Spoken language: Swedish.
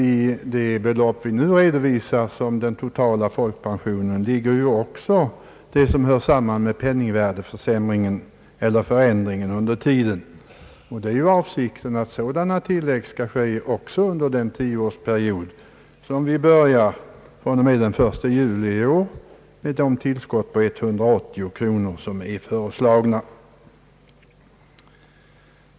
I de belopp vi nu redovisar som den totala folkpensionen ligger nämligen också vad som sammanhänger med penningvärdeförsämringen eller övriga förändringar under tiden. Det är ju också avsikten att sådana tillägg skall ske under den tioårsperiod som påbörjas den 1 juli i år med de tillskott på 180 kronor som här är föreslagna.